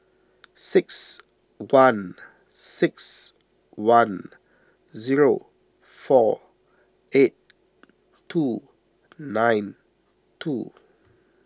six one six one zero four eight two nine two